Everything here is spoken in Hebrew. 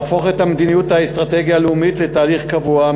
יהפוך את המדיניות והאסטרטגיה הלאומית לתהליך קבוע,